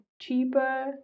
cheaper